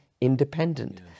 independent